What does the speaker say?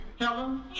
Helen